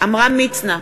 עמרם מצנע,